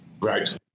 Right